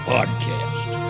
Podcast